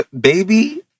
baby